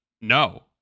no